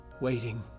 waiting